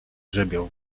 grzebią